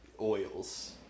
oils